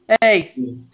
hey